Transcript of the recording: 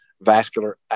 vascular